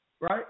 right